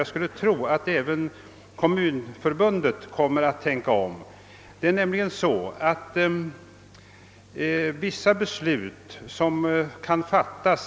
Jag skulle tro att även Kommunförbundet kommer att göra det.